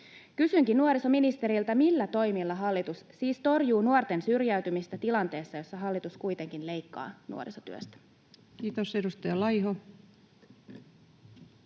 Kysynkin nuorisoministeriltä: millä toimilla hallitus siis torjuu nuorten syrjäytymistä tilanteessa, jossa hallitus kuitenkin leikkaa nuorisotyöstä? [Speech